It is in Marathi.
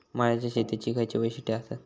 मळ्याच्या शेतीची खयची वैशिष्ठ आसत?